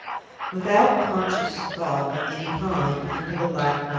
without conscious thought of any kind, into the black night.